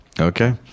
Okay